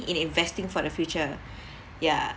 in investing for the future yeah